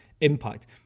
impact